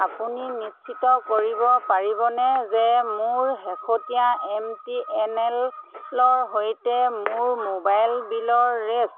আপুনি নিশ্চিত কৰিব পাৰিবনে যে মোৰ শেহতীয়া এম টি এন এল ৰ সৈতে মোৰ মোবাইল বিলৰ ৰেছ